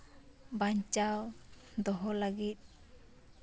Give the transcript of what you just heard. ᱵᱟᱧᱪᱟᱣ ᱫᱚᱦᱚ ᱞᱟᱹᱜᱤᱫ